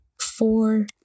Four